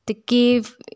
ते केह्